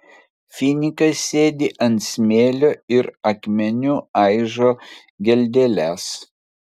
finikas sėdi ant smėlio ir akmeniu aižo geldeles